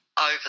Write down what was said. over